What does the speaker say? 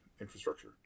infrastructure